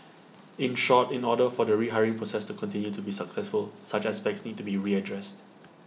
in short in order for the rehiring process to continue to be successful such aspects need to be readdressed